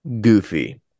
Goofy